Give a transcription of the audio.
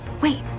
wait